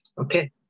Okay